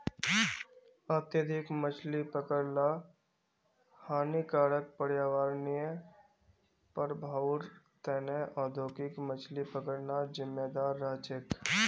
अत्यधिक मछली पकड़ ल हानिकारक पर्यावरणीय प्रभाउर त न औद्योगिक मछली पकड़ना जिम्मेदार रह छेक